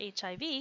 HIV